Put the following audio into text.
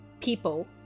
people